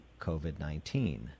COVID-19